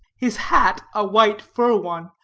his hat a white fur one,